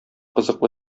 кызыклы